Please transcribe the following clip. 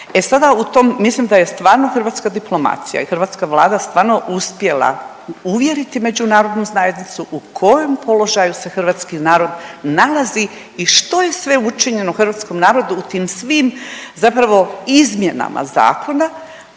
E sada u tom, mislim da je stvarno hrvatska diplomacija i hrvatska Vlada stvarno uspjela uvjeriti međunarodnu zajednicu u kojem položaju se hrvatski narod nalazi i što je sve učinjeno hrvatskom narodu u tim svim zapravo izmjenama zakona